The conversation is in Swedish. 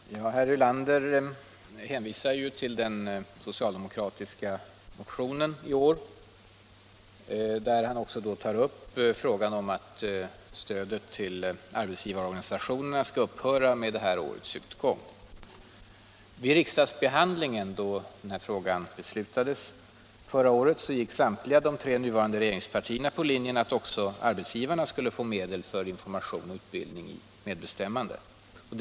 Herr talman! Herr Ulander hänvisar till den socialdemokratiska motionen i år, där det föreslås att stödet till arbetsgivarorganisationerna skall upphöra i och med det här årets utgång. När den frågan behandlades i riksdagen förra året gick samtliga de tre nuvarande regeringspartierna på linjen att också arbetsgivarna skulle få medel för information och utbildning om medbestämmandelagen.